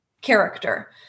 character